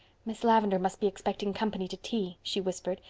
miss lavendar must be expecting company to tea, she whispered.